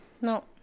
no